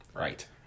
right